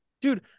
Dude